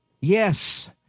Yes